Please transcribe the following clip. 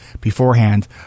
beforehand